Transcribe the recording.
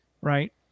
right